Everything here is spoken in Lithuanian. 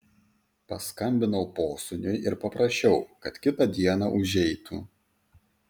paskambinau posūniui ir paprašiau kad kitą dieną užeitų